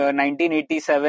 1987